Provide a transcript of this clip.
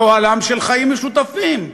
לאוהלם של חיים משותפים.